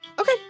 Okay